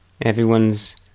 everyone's